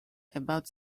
about